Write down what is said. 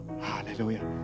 Hallelujah